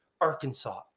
Arkansas